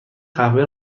قهوه